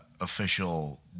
official